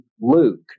Luke